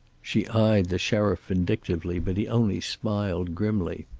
she eyed the sheriff vindictively, but he only smiled grimly.